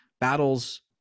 battles